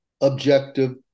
objective